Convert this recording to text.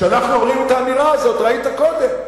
כשאנחנו אומרים את האמירה הזאת, ראית קודם,